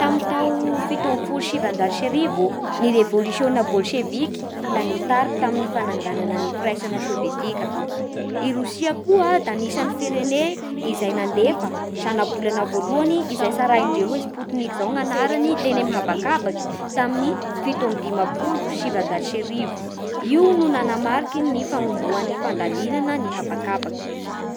Tamin'ny tao fito ambin'ny folo sy sivanjato sy arivo ô ny revôlisiôna bôlseviky da nitariky tamin'ny fananganana ny firaisana sôvietika. I Rosia koa da anisan'ny firene izay nandefa zana-bolana voalohany izay tsaraindreo hoe Spoutnik izao gny agnarany teny anabakabaky tamin'ny fito amby dimampolo sy sivanjato sy arivo. Io no nanamariky ny fanombohan'ny fandalinana ny habakabaky.